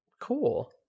cool